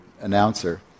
announcer